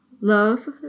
love